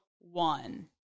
one